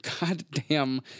goddamn